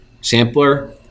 sampler